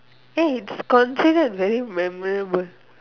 ya it's considered very memorable